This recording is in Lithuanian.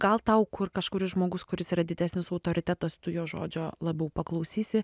gal tau kur kažkuris žmogus kuris yra didesnis autoritetas tu jo žodžio labiau paklausysi